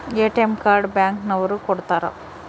ATM card bank ನವರು ಕೊಡ್ತಾರ